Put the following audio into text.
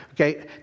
Okay